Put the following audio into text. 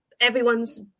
everyone's